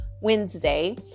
Wednesday